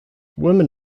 women